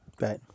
right